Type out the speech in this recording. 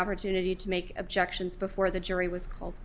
opportunity to make objections before the jury was called